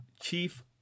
Chief